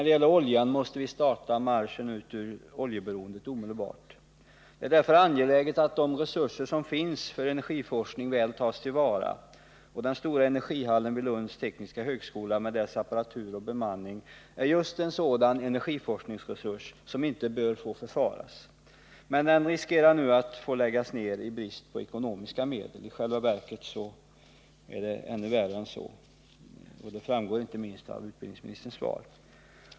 Beträffande oljan måste vi starta marschen ut ur oljeberoendet omedelbart. Det är mot den bakgrunden angeläget att de resurser för energiforskning som finns väl tas till vara. Den stora energihallen vid Lunds tekniska högskola med dess apparatur och bemanning är just en sådan energiforskningsresurs som inte bör få förfaras, men det är nu risk för att den läggs ner i brist på ekonomiska medel — i själva verket är situationen allvarligare än så, vilket framgår inte minst av utbildningsministerns svar.